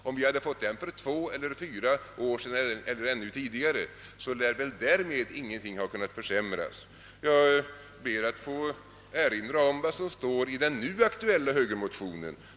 Om vi hade fått den för två eller fyra år sedan eller ännu tidigare, så skulle väl därmed ingenting ha försämrats. Jag ber att få erinra om vad som står i den nu aktuella högermotionen.